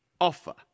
Offer